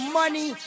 money